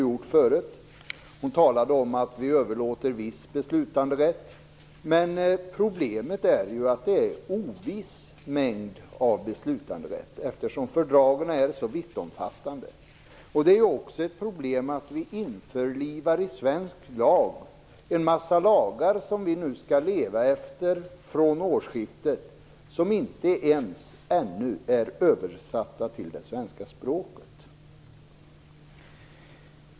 Hon talade om att vi överlåter viss beslutande rätt. Men problemet är ju att det är en oviss mängd beslutanderätt eftersom fördragen är så vittomfattande. Det är ju också ett problem att vi nu i svensk lag införlivar en massa lagar som vi skall leva efter från årsskiftet som inte ännu är översatta till det svenska språket.